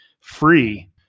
free